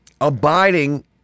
abiding